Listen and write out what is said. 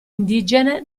indigene